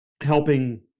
helping